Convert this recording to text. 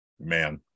man